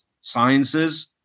sciences